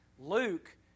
Luke